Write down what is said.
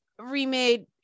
remade